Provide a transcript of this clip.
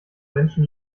menschen